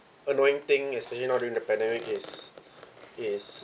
annoying thing especially now during the pandemic it's it's